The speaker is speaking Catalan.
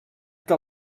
que